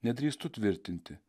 nedrįstu tvirtinti